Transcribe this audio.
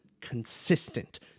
consistent